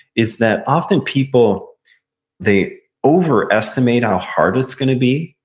is that often people they overestimate how hard it's going to be,